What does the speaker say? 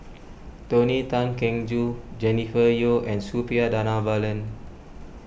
Tony Tan Keng Joo Jennifer Yeo and Suppiah Dhanabalan